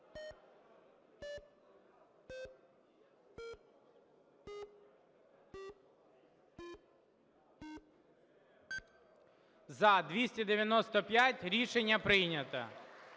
За – 295 Рішення прийнято.